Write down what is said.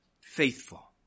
faithful